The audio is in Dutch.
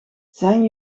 zijn